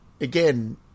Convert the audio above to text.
again